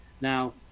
Now